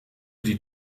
die